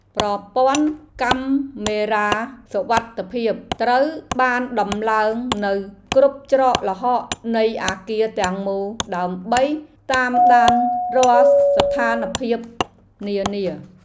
ប្រព័ន្ធកាមេរ៉ាសុវត្ថិភាពត្រូវបានដំឡើងនៅគ្រប់ច្រកល្ហកនៃអគារទាំងមូលដើម្បីតាមដានរាល់ស្ថានភាពនានា។